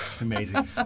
Amazing